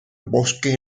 bosque